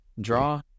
draw